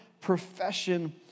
profession